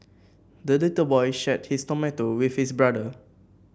the little boy shared his tomato with his brother